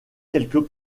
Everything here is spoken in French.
quelques